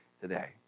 today